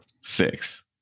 Six